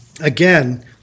again